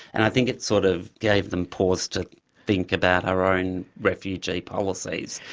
and i think it sort of gave them pause to think about our own refugee policies.